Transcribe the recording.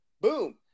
Boom